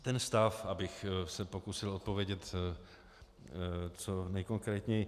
Ten stav, abych se pokusil odpovědět co nejkonkrétněji.